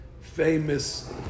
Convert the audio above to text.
famous